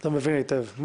אתה מבין היטב.